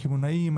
הקמעונאים,